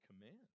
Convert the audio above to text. command